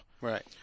Right